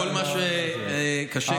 חברת הכנסת שאשא ביטון,